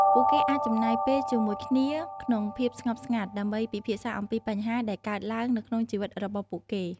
ពួកគេអាចចំណាយពេលជាមួយគ្នាក្នុងភាពស្ងប់ស្ងាត់ដើម្បីពិភាក្សាអំពីបញ្ហាដែលកើតឡើងនៅក្នុងជីវិតរបស់ពួកគេ។